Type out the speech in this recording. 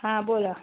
हां बोला